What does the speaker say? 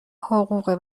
حقوق